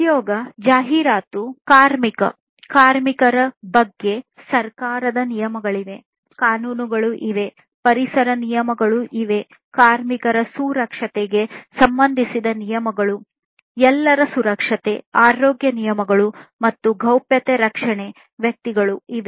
ಉದ್ಯೋಗ ಜಾಹೀರಾತು ಕಾರ್ಮಿಕ ಕಾರ್ಮಿಕರ ಬಗ್ಗೆ ಸರ್ಕಾರದ ನಿಯಮಗಳಿವೆ ಕಾನೂನುಗಳು ಇವೆ ಪರಿಸರ ನಿಯಮಗಳು ಇವೆ ಕಾರ್ಮಿಕರ ಸುರಕ್ಷತೆಗೆ ಸಂಬಂಧಿಸಿದ ನಿಯಮಗಳು ಎಲ್ಲರ ಸುರಕ್ಷತೆ ಆರೋಗ್ಯ ನಿಯಮಗಳು ಮತ್ತು ರಕ್ಷಣೆ ವ್ಯಕ್ತಿಗಳ ಗೌಪ್ಯತೆಗಳು ಇವೆ